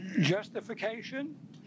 Justification